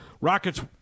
Rockets